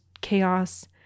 chaos